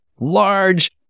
large